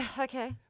okay